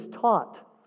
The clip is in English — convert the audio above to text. taught